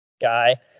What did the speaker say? guy